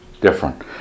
different